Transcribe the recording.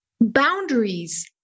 boundaries